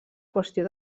qüestió